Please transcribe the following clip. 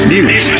News